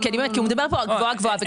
לא, כי באמת, הוא מדבר פה גבוהה גבוהה.